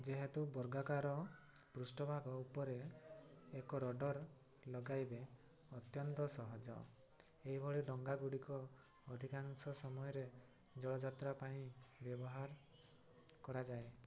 ଯେହେତୁ ବର୍ଗାକାର ପୃଷ୍ଠଭାଗ ଉପରେ ଏକ ରାଡ଼ାର୍ ଲଗେଇବା ଅତ୍ୟନ୍ତ ସହଜ ଏହିଭଳି ଡ଼ଙ୍ଗାଗୁଡ଼ିକ ଅଧିକାଂଶ ସମୟରେ ଜଳଯାତ୍ରା ପାଇଁ ବ୍ୟବହାର କରାଯାଏ